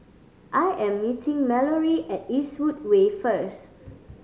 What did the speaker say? I am meeting Mallorie at Eastwood Way first